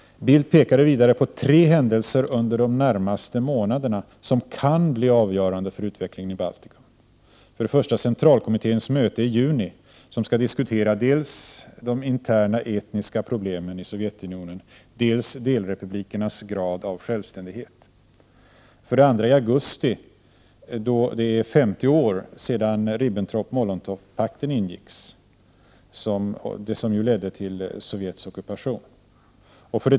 Bildt pekade vidare på tre händelser under de närmaste månaderna som kan bli avgörande för utvecklingen i Baltikum. 1) Centralkommitténs möte i juni, där man skall diskutera dels de interna etniska problemen, dels delrepublikernas grad av självständighet. 2) I augusti är det 50 år sedan Ribbentrop-Molotov-pakten ingicks, som ledde till Sovjets ockupation.